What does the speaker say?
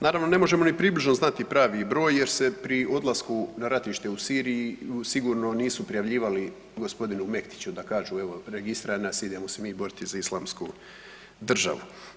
Naravno, ne možemo ni približno znati pravi broj jer se pri odlasku na ratište u Siriji sigurno nisu prijavljivali g. Mektiću da kažu, evo, registriraj nas, idemo se mi boriti za Islamsku državu.